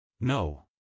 No